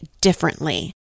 differently